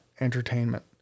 entertainment